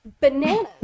bananas